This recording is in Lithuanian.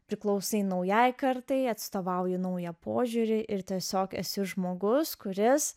priklausai naujai kartai atstovauju naują požiūrį ir tiesiog esi žmogus kuris